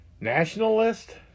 nationalist